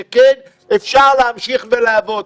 שכן אפשר להמשיך ולעבוד,